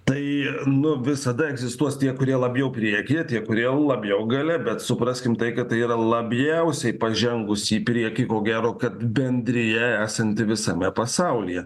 tai nu visada egzistuos tie kurie labiau priekyje tie kurie labiau gale bet supraskim tai kad tai yra labiausiai pažengusi į priekį ko gero kad bendrija esanti visame pasaulyje